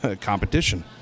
Competition